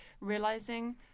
realizing